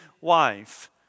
wife